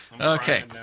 Okay